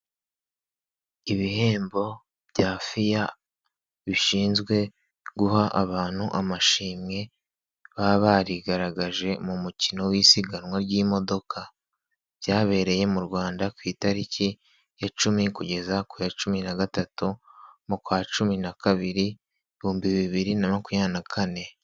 Ibihembo bya FIA bishinzwe guha abantu amashimwe baba barigaragaje mu mukino w'isiganwa ry'imodoka, byabereye mu Rwanda ku itariki ya cumi kugeza ku ya cumi na gatatu mukwa Cumi n'abiri ibihumbi bibiri na makubiri na kane.